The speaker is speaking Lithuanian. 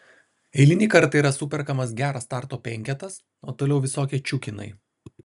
eilinį kartą yra superkamas geras starto penketas o toliau visokie čiukinai